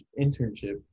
internship